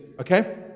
okay